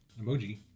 Emoji